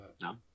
no